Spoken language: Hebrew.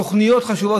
תוכניות חשובות,